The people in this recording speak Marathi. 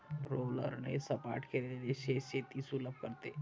रोलरने सपाट केलेले शेत शेती सुलभ करते